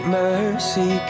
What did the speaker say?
mercy